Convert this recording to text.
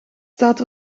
staat